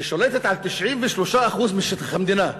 ששולטת על 93% משטח המדינה,